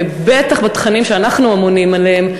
ובטח בתכנים שאנחנו ממונים עליהם,